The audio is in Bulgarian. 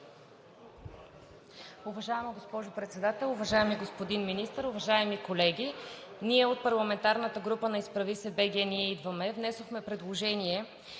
Уважаема госпожо Председател, уважаеми господин Министър, уважаеми колеги! От парламентарната група на „Изправи се БГ! Ние идваме!“ внесохме предложение